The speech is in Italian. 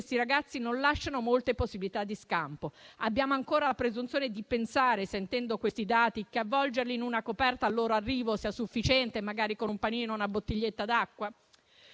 questi ragazzi non lasciano molte possibilità di scampo. Abbiamo ancora la presunzione di pensare, sentendo questi dati, che avvolgerli in una coperta al loro arrivo sia sufficiente, magari con un panino e una bottiglietta d'acqua?